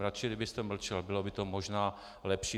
Radši kdybyste mlčel, bylo by to možná lepší.